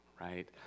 right